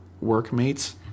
Workmates